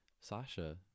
Sasha